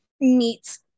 meets